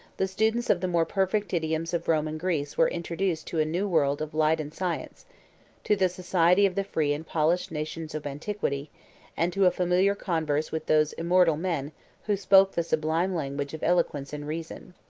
the students of the more perfect idioms of rome and greece were introduced to a new world of light and science to the society of the free and polished nations of antiquity and to a familiar converse with those immortal men who spoke the sublime language of eloquence and reason.